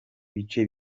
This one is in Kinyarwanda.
bice